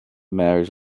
marriage